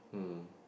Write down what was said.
mm